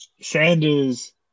Sanders